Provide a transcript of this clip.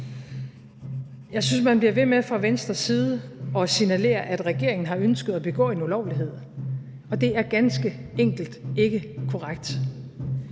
Venstres side bliver ved med at signalere, at regeringen har ønsket at begå en ulovlighed, og det er ganske enkelt ikke korrekt.